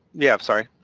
yeah, sorry.